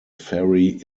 fairy